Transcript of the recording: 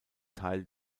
teil